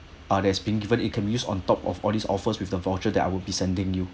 ah that's being given it can be used on top of all these offers with the voucher that I will be sending you